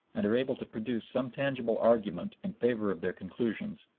and are able to produce some tangible argument in favor of their conclusions,